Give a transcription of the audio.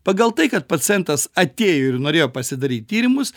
pagal tai kad pacientas atėjo ir norėjo pasidaryt tyrimus